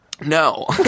No